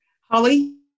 Holly